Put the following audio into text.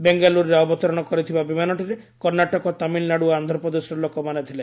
ବେଙ୍ଗାଲ୍ରରେ ଅବତରଣ କରିଥିବା ବିମାନଟିରେ କର୍ଷାଟକ ତାମିଲନାଡ଼ ଓ ଆନ୍ଧ୍ରପ୍ରଦେଶର ଲୋକମାନେ ଥିଲେ